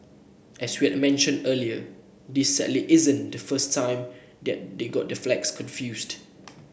as we had mentioned earlier this sadly isn't the first time they got their flags confused